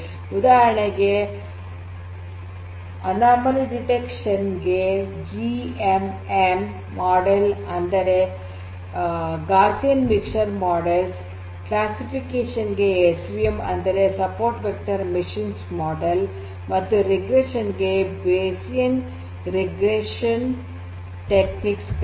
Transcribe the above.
ಉದಾಹರಣೆಗೆ anomaly detection ಗೆ G M M model ಅಂದರೆ Gaussian mixture models classification ಗೆ ಎಸ್ ವಿ ಎಂ ಅಥವಾ ಸಪೋರ್ಟ್ ವೆಕ್ಟರ್ ಮಶಿನ್ಸ್ ಮತ್ತು ರಿಗ್ರೆಷನ್ ಗೆ ಬೇಶಿಯನ್ ರಿಗ್ರೆಷನ್ ಟೆಕ್ನಿಕ್ಸ್ ಗಳಿವೆ